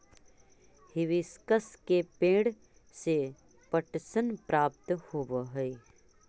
hibiscus के पेंड़ से पटसन प्राप्त होव हई